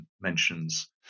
mentions